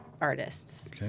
artists